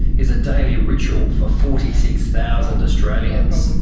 is a daily ritual for forty six thousand australians.